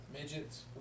midgets